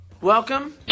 Welcome